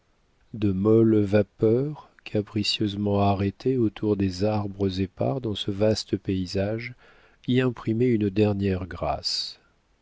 de molles vapeurs capricieusement arrêtées autour des arbres épars dans ce vaste paysage y imprimaient une dernière grâce